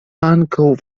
ankaŭ